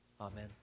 Amen